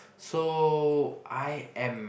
so I am